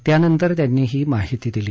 त्यानंतर त्यांनी ही माहिती दिली